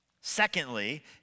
Secondly